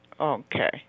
Okay